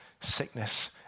sickness